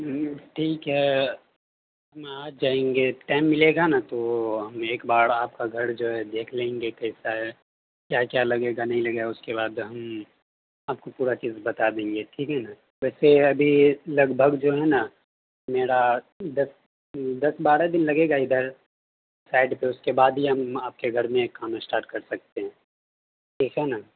ٹھیک ہے ہم آ جائیں گے ٹائم ملے گا نا تو ہم ایک بار آپ کا گھر جو ہے دیکھ لیں گے کیسا ہے کیا کیا لگے گا نہیں لگے گا اس کے بعد ہم آپ کو پورا چیز بتا دیں گے ٹھیک ہے نا ویسے ابھی لگ بھگ جو ہے نا میرا دس دس بارہ دن لگے گا ادھر سائٹ پہ اس کے بعد ہی ہم آپ کے گھر میں کام اسٹارٹ کر سکتے ہیں ٹھیک ہے نا